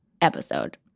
episode